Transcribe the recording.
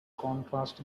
contrast